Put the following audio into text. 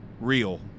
real